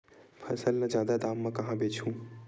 फसल ल जादा दाम म कहां बेचहु?